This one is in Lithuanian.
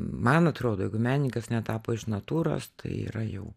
man atrodo jeigu menininkas netapo iš natūros tai yra jau